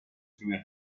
prime